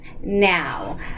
Now